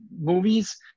movies